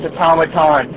automaton